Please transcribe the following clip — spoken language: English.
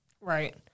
Right